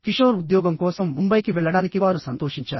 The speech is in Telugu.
కిషోర్ ఉద్యోగం కోసం ముంబైకి వెళ్లడానికి వారు సంతోషించారు